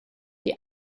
die